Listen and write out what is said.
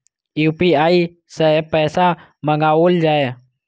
UPI सै पैसा मंगाउल जाय?